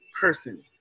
person